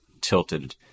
tilted